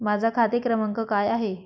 माझा खाते क्रमांक काय आहे?